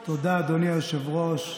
תודה, אדוני היושב-ראש.